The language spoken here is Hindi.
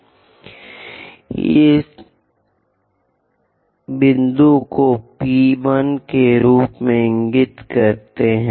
हम इस बिंदु को P 1 के रूप में इंगित करते हैं